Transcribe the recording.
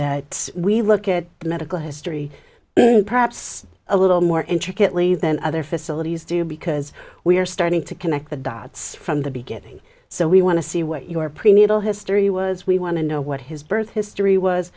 that we look at the medical history perhaps a little more intricately than other facilities do because we are starting to connect the dots from the beginning we want to see what your prenatal history was we want to know what his birth history was